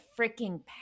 freaking